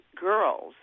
girls